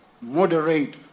moderate